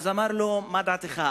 אמר לו: מה דעתך?